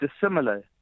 dissimilar